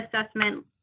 assessment